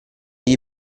gli